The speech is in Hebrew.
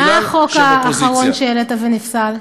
מה החוק האחרון שהעלית ונפסל?